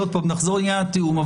עוד פעם נחזור לעניין התיאום.